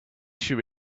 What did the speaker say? should